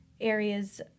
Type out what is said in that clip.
areas